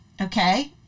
okay